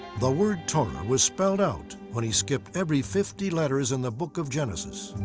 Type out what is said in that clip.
the word, torah, was spelled out when he skipped every fifty letters in the book of genesis.